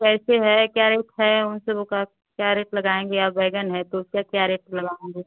कैसे है क्या रेट है उन सबों का क्या रेट लगाएंगे बैंगन है तो उसका क्या रेट लगाएंगे